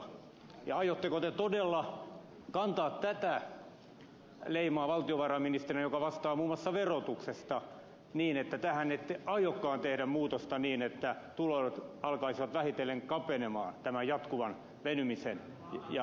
aiotteko te todella kantaa tätä leimaa valtiovarainministerinä joka vastaa muun muassa verotuksesta niin että te ette aiokaan tehdä muutosta niin että tuloerot alkaisivat vähitellen kaventua tämän jatkuvan venymisen ja kasvamisen sijasta